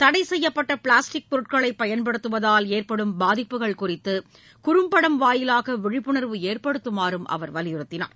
தடை செய்யப்பட்ட பிளாஸ்டிக் பொருட்களை பயன்படுத்துவதால் ஏற்படும் பாதிப்புகள் குறித்து குறம்படம் வாயிலாக விழிப்புணா்வு ஏற்படுத்தமாறும் அவர் வலியுறுத்தினார்